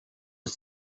had